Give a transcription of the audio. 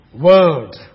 world